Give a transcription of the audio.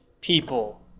people